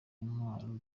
intwaro